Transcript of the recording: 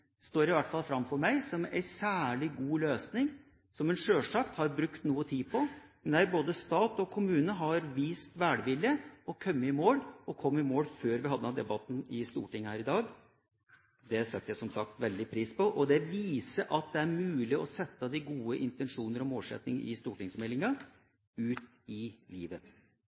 står i hvert fall for meg fram som en særlig god løsning, som en sjølsagt har brukt noe tid på, men der både stat og kommune har vist velvilje og kommet i mål, og kom i mål før vi hadde denne debatten her i Stortinget i dag. Det setter jeg som sagt veldig pris på. Det viser at det er mulig å sette de gode intensjoner og målsettinger i stortingsmeldinga ut i livet.